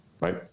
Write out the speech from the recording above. right